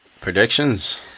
predictions